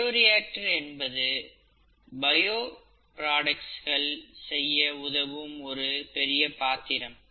bioreactor என்பது bio பொருட்கள் செய்ய உதவும் ஒரு பெரிய பாத்திரம்